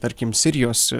tarkim sirijos